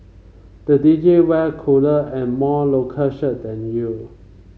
the D J wear cooler and more local shirt than you